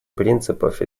принципов